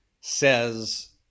says